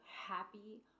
happy